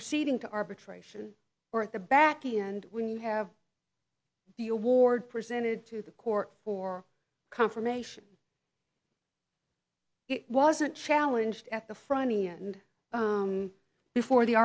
proceeding to arbitration or at the back end when you have the award presented to the court for confirmation it wasn't challenged at the front end before the